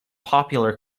popular